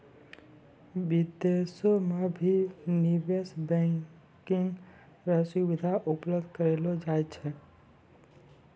विदेशो म भी निवेश बैंकिंग र सुविधा उपलब्ध करयलो जाय छै